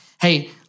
hey